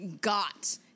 got